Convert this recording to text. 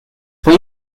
fue